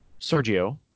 Sergio